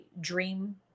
dream